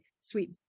sweet